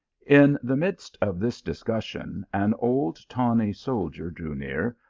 in the midst of this discussion an old tawny soldier drew near,